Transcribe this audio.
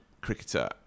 cricketer